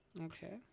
okay